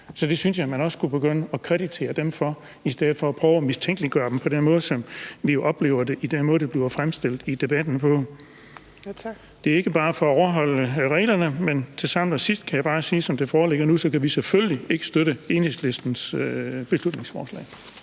Så vi synes, at man også skulle begynde at kreditere dem for det i stedet for at prøve at mistænkeliggøre dem på den måde, som vi jo oplever det i den måde, det bliver fremstillet på i debatten. Det er ikke bare for at overholde reglerne. Men samlet set kan jeg sige, at som det foreligger nu, kan vi selvfølgelig ikke støtte Enhedslistens beslutningsforslag.